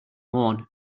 worn